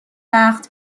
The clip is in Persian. وقت